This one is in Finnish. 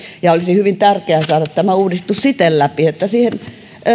ja olisi hyvin tärkeää saada tämä uudistus siten läpi että siihen